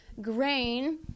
grain